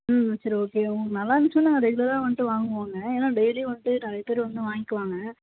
ம் சரி ஓகே உ நல்லாருந்துச்சுனா நான் ரெகுலராக வண்ட்டு வாங்குவோங்க ஏன்னா டெய்லி வண்ட்டு நிறையா பேர் வந்து வாய்ங்க்குவாங்க